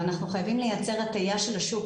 ואנחנו חייבים לייצר הטיה של השוק.